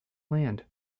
land